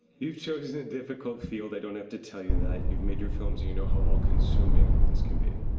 you've chosen a difficult field. i don't have to tell you that. you've made your films, you you know how all-consuming this can be.